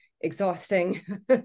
exhausting